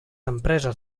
empreses